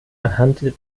anhand